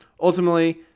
Ultimately